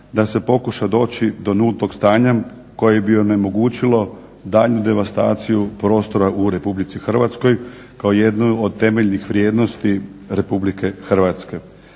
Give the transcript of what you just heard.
da se pokuša doći do nultog stanja koje bi onemogućilo daljnju devastaciju prostora u RH kao jednu od temeljnih vrijednosti RH.